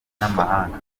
n’amahanga